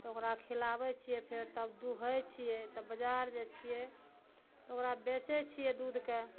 तऽ ओकरा खिलाबै छियै फेर तब दुहै छियै तब बजार जाइ छियै ओकरा बेचै छियै दूधके